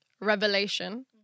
revelation